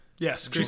Yes